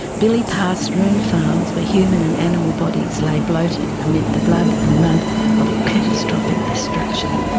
billy passed ruined farms where human and animal bodies lay bloated amid the blood and mud of catastrophic destruction.